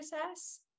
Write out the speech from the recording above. process